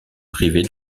privées